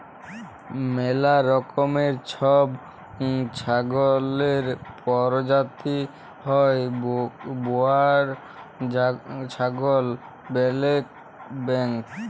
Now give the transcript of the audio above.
ম্যালা রকমের ছব ছাগলের পরজাতি হ্যয় বোয়ার ছাগল, ব্যালেক বেঙ্গল